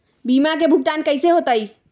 बीमा के भुगतान कैसे होतइ?